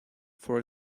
for